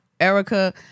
Erica